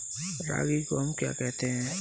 रागी को हम क्या कहते हैं?